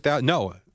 No